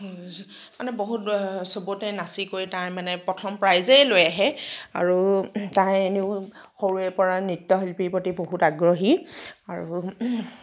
মানে বহুত সবতে নাচি কৰি তাই মানে প্ৰথম প্ৰাইজে লৈ আহে আৰু তাই এনেও সৰুৰে পৰা নৃত্য শিল্পীৰ প্ৰতি বহুত আগ্ৰহী আৰু